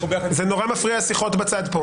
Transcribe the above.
זה נורא מפריע השיחות בצד פה.